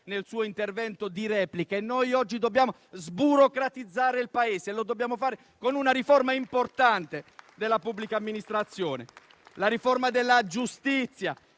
nel suo intervento di replica: noi oggi dobbiamo sburocratizzare il Paese, e lo dobbiamo fare con una riforma importante della pubblica amministrazione. Abbiamo poi la riforma della giustizia,